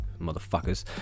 motherfuckers